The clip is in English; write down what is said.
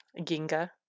Ginga